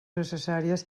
necessàries